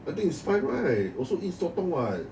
I think it's fine right also eat sotong [what]